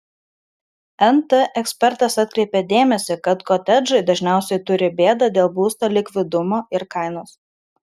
nt ekspertas atkreipė dėmesį kad kotedžai dažniausiai turi bėdą dėl būsto likvidumo ir kainos